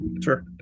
sure